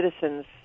citizens